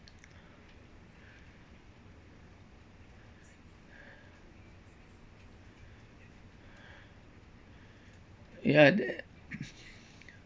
ya that